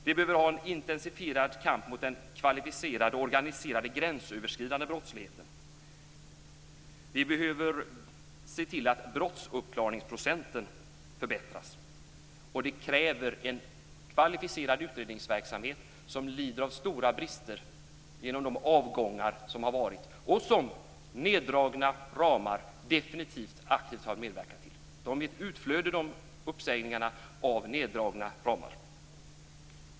Vi behöver föra en intensifierad kamp mot den kvalificerade och organiserade gränsöverskridande brottsligheten. Vi behöver se till att brottsuppklarningsprocenten förbättras. Det kräver en kvalificerad utredningsverksamhet, men den lider av stora brister genom de avgångar som skett. De neddragna ramarna har definitivt aktivt medverkat till bristerna genom att skapa ett flöde av uppsägningar.